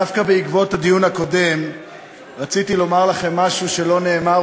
דווקא בעקבות הדיון הקודם רציתי לומר לכם משהו שלא נאמר,